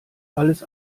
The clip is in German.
alles